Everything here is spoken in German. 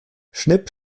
schnipp